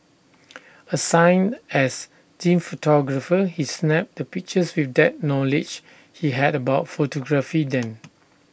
assigned as team photographer he snapped the pictures with that knowledge he had about photography then